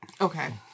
Okay